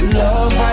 love